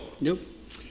Nope